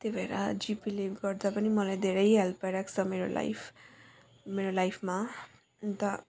त्यही भएर जिपेले गर्दा पनि मलाई धेरै हेल्प भइरहेको छ मेरो लाइफ मेरो लाइफमा अनि त